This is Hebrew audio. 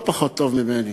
לא פחות טוב ממני,